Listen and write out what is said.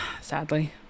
sadly